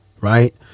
Right